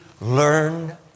learn